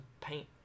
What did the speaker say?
paint